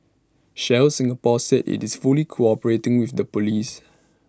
Shell Singapore said IT is fully cooperating with the Police